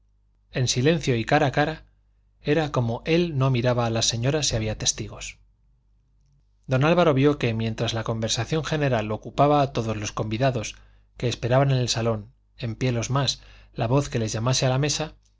en silencio y cara a cara era como él no miraba a las señoras si había testigos don álvaro vio que mientras la conversación general ocupaba a todos los convidados que esperaban en el salón en pie los más la voz que les llamase a la mesa